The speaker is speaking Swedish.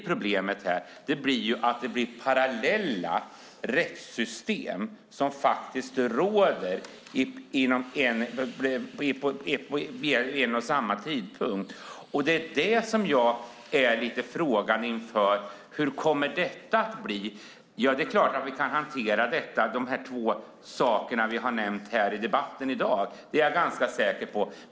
Problemet här är att parallella rättssystem råder vid en och samma tidpunkt. Det som jag är lite frågande inför är hur detta kommer att bli. Ja, det är klart att vi kan hantera de här två sakerna som vi har nämnt här i debatten i dag. Det är jag ganska säker på.